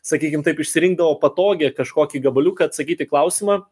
sakykim taip išsirinkdavo patogį kažkokį gabaliuką atsakyt į klausimą